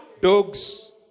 Dogs